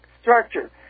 structure